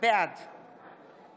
בעד